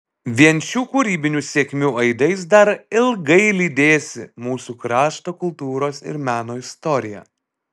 vien šių kūrybinių sėkmių aidais dar ilgai lydėsi mūsų krašto kultūros ir meno istoriją